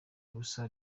ubusa